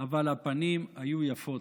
אבל הפנים היו יפות.